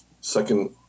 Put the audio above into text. second